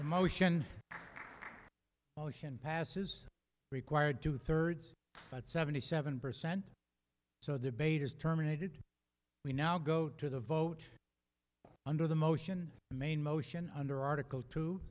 the motion motion passes required two thirds seventy seven percent so debate is terminated we now go to the vote under the motion main motion under article t